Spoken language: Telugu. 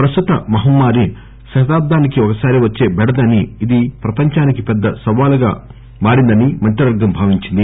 ప్రస్తుత మహమ్మారి శతాబ్దానికి ఒకసారి వచ్చే బెడద అని ఇది ప్రపంచానికి పెద్ద సవాళ్లను విసిరిందని మంత్రి వర్గం భావించింది